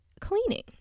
cleaning